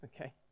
okay